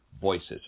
voices